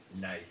Nice